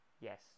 Yes